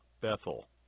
Bethel